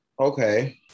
okay